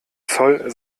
zoll